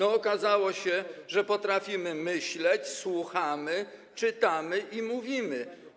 Okazało się, że potrafimy myśleć, słuchamy, czytamy i mówimy.